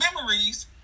memories